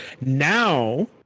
Now